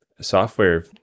software